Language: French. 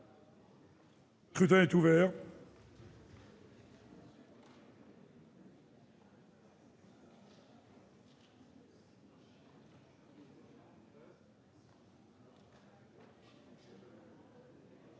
Le scrutin est ouvert.